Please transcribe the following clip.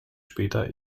später